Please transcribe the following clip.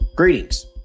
Greetings